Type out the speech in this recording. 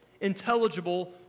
intelligible